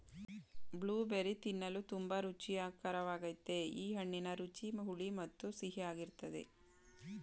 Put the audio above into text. blueberry ತಿನ್ನಲು ತುಂಬಾ ರುಚಿಕರ್ವಾಗಯ್ತೆ ಈ ಹಣ್ಣಿನ ರುಚಿ ಹುಳಿ ಮತ್ತು ಸಿಹಿಯಾಗಿರ್ತದೆ